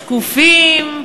שקופים,